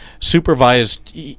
supervised